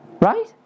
Right